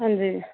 हां जी